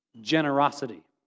generosity